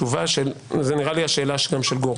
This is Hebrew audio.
זה נראה לי השאלה של גור.